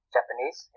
Japanese